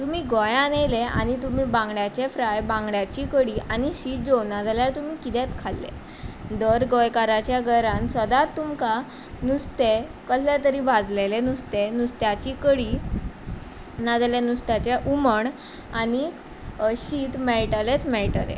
तुमी गोंयांत येले आनी तुमी बांगड्याचे फ्राय बांगड्याची कडी आनी शीत जेवना जाल्यार तुमी कितेंच खालें दर गोंयकाराच्या घरांत सदांच तुमकां नुस्तें कसलें तरी भाजलेलें नुस्तें नुस्त्याची कडी ना जाल्यार नुस्त्याचें हुमण आनीक शीत मेळटलेंच मेळटलें